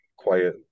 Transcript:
Quiet